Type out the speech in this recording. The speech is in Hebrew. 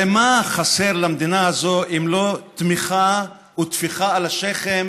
הרי מה חסר למדינה הזו אם לא תמיכה וטפיחה על השכם